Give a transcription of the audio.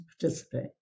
participate